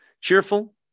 Cheerful